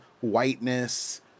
whiteness